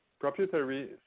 proprietary